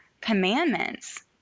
commandments